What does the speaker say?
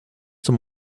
some